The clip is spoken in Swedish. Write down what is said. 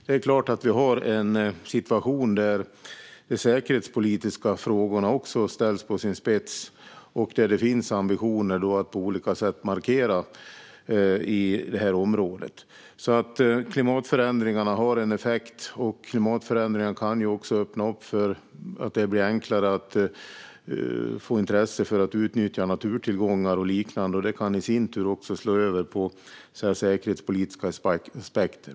Det är klart att vi har en situation där också de säkerhetspolitiska frågorna ställs på sin spets och där det finns ambitioner att på olika sätt markera i det här området. Klimatförändringarna har alltså en effekt. De kan ju också öppna för att det blir enklare att få intresse för att utnyttja naturtillgångar och liknande, vilket i sin tur också kan slå över på säkerhetspolitiska aspekter.